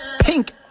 Pink